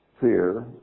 fear